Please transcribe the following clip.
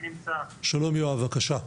שלום יואב, בבקשה.